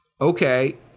okay